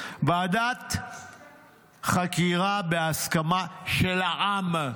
ועדת חקירה בהסכמה של העם.